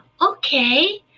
okay